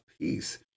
peace